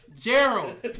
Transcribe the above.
Gerald